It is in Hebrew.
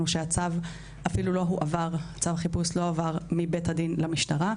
שהצו חיפוש אפילו לא הועבר מבית הדין למשטרה.